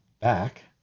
back